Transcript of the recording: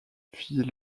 feit